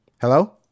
hello